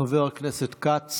חבר הכנסת כץ